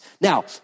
Now